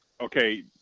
okay